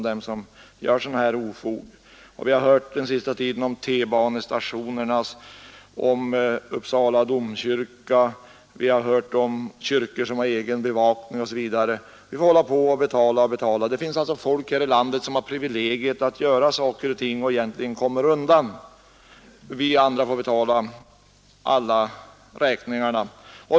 Vi har den senaste tiden läst om vandalism i tunnelbanestationer och i Uppsala domkyrka, vi har hört talas om kyrkor som har egen bevakning osv. Vi får hålla på och betala och betala. Det finns alltså människor här i landet som har privilegium att förstöra och komma undan följderna, medan vi andra får betala alla räkningarna.